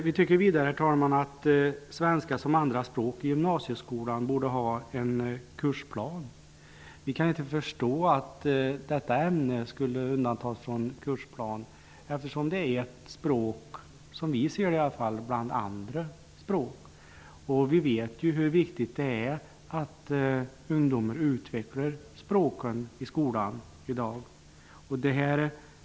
Vi tycker vidare, herr talman, att det för svenska som andraspråk i gymnasieskolan borde finnas en kursplan. Vi kan inte förstå att detta ämne skulle undantas från kravet på en kursplan, eftersom det, i varje fall som vi ser det, är fråga om ett språk bland andra språk. Vi vet hur viktigt det är att ungdomen utvecklar språken i skolan i dag.